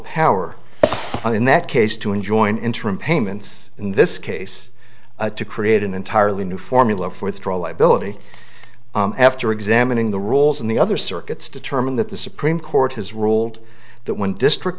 power in that case to enjoin interim payments in this case to create an entirely new formula for the draw liability after examining the rules in the other circuits determine that the supreme court has ruled that when district